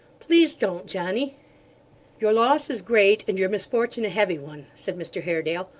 please don't, johnny your loss is great, and your misfortune a heavy one said mr haredale,